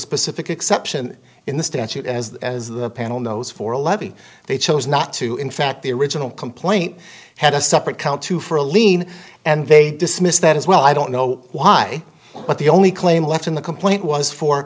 specific exception in the statute as the panel knows for a levy they chose not to in fact the original complaint had a separate count two for a lien and they dismissed that as well i don't know why but the only claim left in the complaint was for